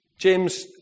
James